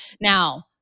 Now